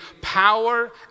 power